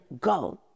go